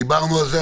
דיברנו על זה,